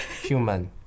human